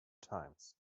times